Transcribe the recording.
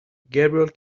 gabriel